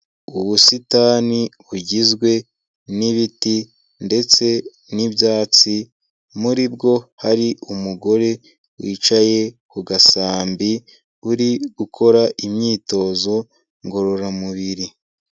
Ubusitani bugizwe n'ibiti ndetse n'ibyatsi, muri bwo hari umugore wicaye ku gasambi uri gukora imyitozo ngororamubiri.